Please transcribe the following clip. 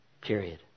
period